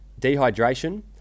dehydration